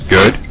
Good